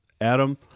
Adam